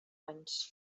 anys